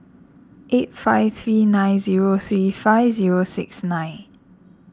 eight five three nine zero three five zero six nine